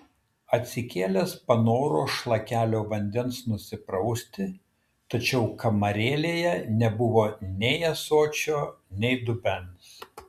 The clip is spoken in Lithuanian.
atsikėlęs panoro šlakelio vandens nusiprausti tačiau kamarėlėje nebuvo nei ąsočio nei dubens